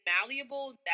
malleable